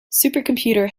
supercomputer